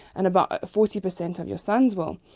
and about forty percent of your sons will.